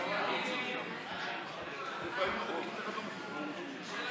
ההסתייגות (58) של חברות הכנסת ציפי לבני ושלי יחימוביץ לסעיף